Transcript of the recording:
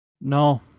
no